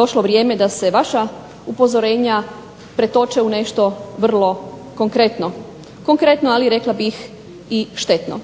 došlo vrijeme da se vaša upozorenja pretoče u nešto vrlo konkretno, konkretno ali rekla bih i štetno.